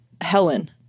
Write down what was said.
Helen